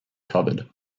covered